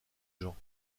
gens